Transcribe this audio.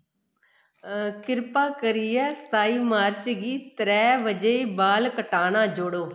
किरपा करियै सताई मार्च गी त्रै बजे बाल कटाना जोड़ो